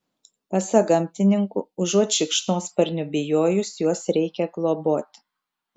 pasak gamtininkų užuot šikšnosparnių bijojus juos reikia globoti